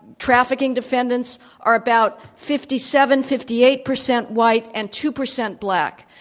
trafficking defendants are about fifty seven, fifty eight percent white and two percent black.